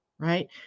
right